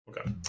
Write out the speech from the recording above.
Okay